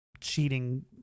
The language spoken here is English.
cheating